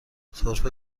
سرفه